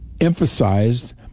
emphasized